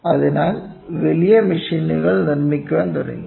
അതിനാൽ വലിയ മെഷീനുകൾ നിർമ്മിക്കാൻ തുടങ്ങി